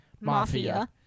mafia